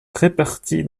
répartis